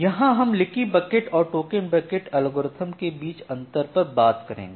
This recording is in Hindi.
यहां हम लीकी बकेट और टोकन बकेट एल्गोरिदम के बीच अंतर पर बात करेंगे